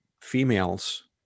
females